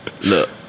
Look